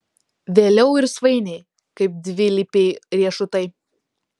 vėliau ir svainiai kaip dvilypiai riešutai